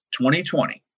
2020